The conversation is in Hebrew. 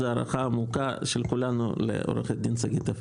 זאת הערכה עמוקה של כולנו לעורכת הדין שגית אפיק.